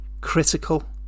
critical